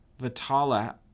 Vitala